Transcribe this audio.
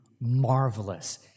marvelous